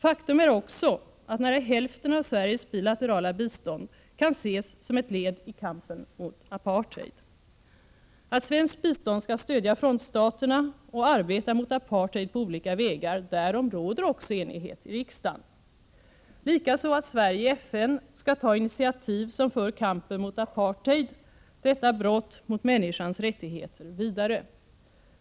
Faktum är också att nära hälften av Sveriges bilaterala bistånd kan ses som ett led i kampen mot apartheid. Att svenskt bistånd skall stödja frontstaterna och arbeta mot apartheid på olika vägar, därom råder också enighet i riksdagen. Likaså att Sverige i FN skall ta initiativ som för kampen mot apartheid, detta brott mot människans rättigheter, vidare.